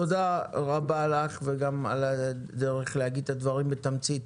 תודה רבה לך וגם על הדרך להגיד את הדברים בתמצית.